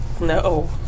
No